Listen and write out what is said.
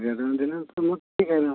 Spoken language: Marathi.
ऍडव्हान्स दिले तर मग ठीक आहे ना